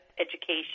education